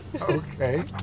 okay